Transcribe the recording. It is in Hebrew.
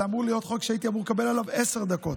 זה אמור להיות חוק שהייתי אמור לקבל עליו עשר דקות,